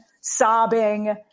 sobbing